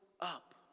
up